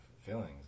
feelings